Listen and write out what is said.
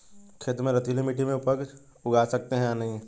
खेत में रेतीली मिटी में उपज उगा सकते हैं या नहीं?